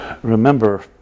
Remember